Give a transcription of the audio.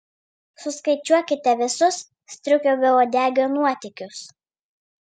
suskaičiuokite visus striukio beuodegio nuotykius